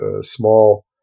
small